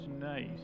nice